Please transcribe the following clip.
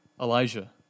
Elijah